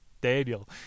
Daniel